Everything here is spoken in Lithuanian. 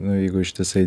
nu jeigu ištisai